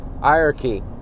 hierarchy